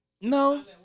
No